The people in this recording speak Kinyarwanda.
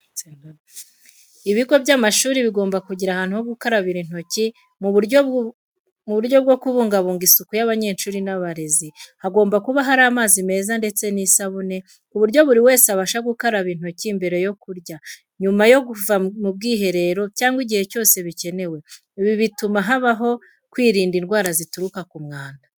Ibigo by'amashuri bigomba kugira ahantu ho gukarabira intoki mu buryo bwo kubungabunga isuku y'abanyeshuri n’abarezi. Hagomba kuba hari amazi meza ndetse n'isabune, ku buryo buri wese abasha gukaraba intoki mbere yo kurya, nyuma yo kuva mu bwiherero, cyangwa igihe cyose bikenewe. Ibi bituma habaho kwirinda indwara zituruka ku mwanda.